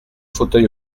fauteuil